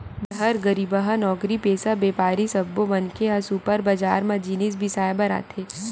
बड़हर, गरीबहा, नउकरीपेसा, बेपारी सब्बो मनखे ह सुपर बजार म जिनिस बिसाए बर आथे